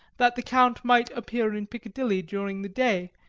that the count might appear in piccadilly during the day,